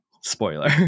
Spoiler